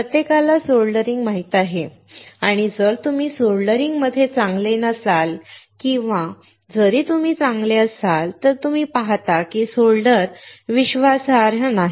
प्रत्येकाला सोल्डरिंग माहित आहे आणि जर तुम्ही सोल्डरिंग मध्ये चांगले नसाल किंवा जरी तुम्ही चांगले असाल तर तुम्ही पाहता की सोल्डर विश्वासार्ह नाही